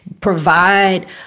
provide